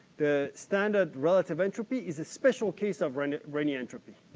the standard relative entropy is a special case of renyi renyi entropy.